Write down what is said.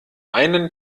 einen